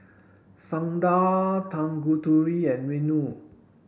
Sundar Tanguturi and Renu